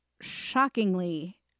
Shockingly